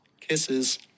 Kisses